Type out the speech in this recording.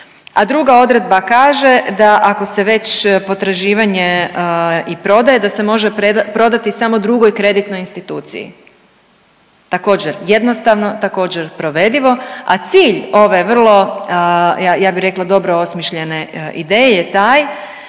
A druga odredba kaže da ako se već potraživanje i prodaje, da se može prodati samo drugoj kreditnoj instituciji. Također, jednostavno, također, provedivo, a cilj ove vrlo, ja bih rekla dobro osmišljene ideje je taj